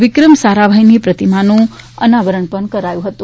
વિક્રમ સારાભાઈની પ્રતિમાનું નાવરણ પણ કરાયું હતું